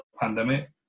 pandemic